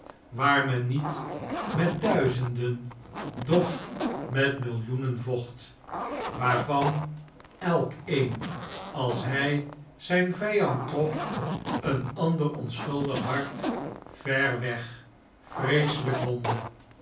waar men niet met duizenden doch met millioenen vocht waarvan elkeen als hij zijn vijand trof een ander onschuldig hart ver weg vreeselijk wondde